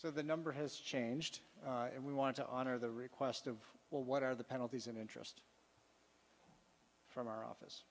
so the number has changed and we want to honor the request of well what are the penalties and interest from our office